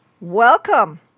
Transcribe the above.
welcome